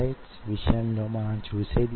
మీరు AFM ల గురించి విని వుంటారు